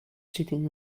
cheating